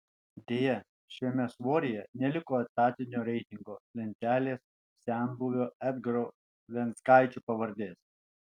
deja šiame svoryje neliko etatinio reitingo lentelės senbuvio edgaro venckaičio pavardės